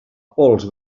pols